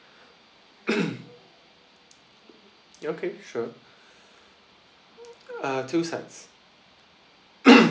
ya okay sure uh two sides